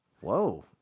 whoa